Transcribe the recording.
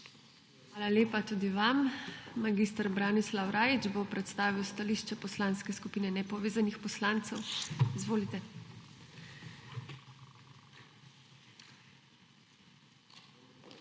Hvala lepa tudi vam. Mag. Branislav Rajić bo predstavil stališče Poslanske skupine nepovezanih poslancev. Izvolite. **MAG.